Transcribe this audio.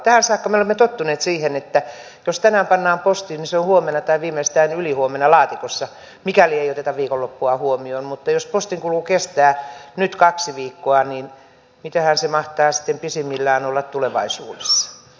tähän saakka me olemme tottuneet siihen että jos tänään pannaan postiin niin se on huomenna tai viimeistään ylihuomenna laatikossa mikäli ei oteta viikonloppua huomioon mutta jos postin kulku kestää nyt kaksi viikkoa niin mitähän se mahtaa sitten pisimmillään olla tulevaisuudessa